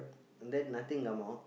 and then nothing come out